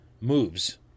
moves